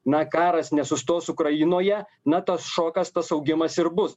na karas nesustos ukrainoje na tas šokas tas augimas ir bus